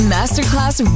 Masterclass